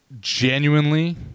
genuinely